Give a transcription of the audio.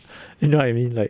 you know what I mean like